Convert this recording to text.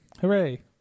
Hooray